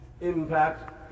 impact